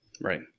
right